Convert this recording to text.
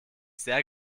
sehr